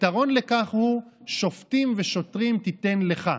הפתרון לכך הוא "שפטים ושטרים תתן לך".